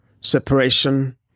separation